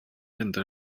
entre